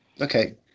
okay